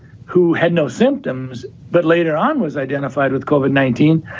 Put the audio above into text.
who had no symptoms, but later on was identified with koven, nineteen.